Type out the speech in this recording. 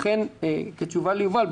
לכן כתשובה ליובל,